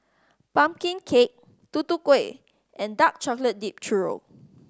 pumpkin cake Tutu Kueh and dark chocolate dipped churro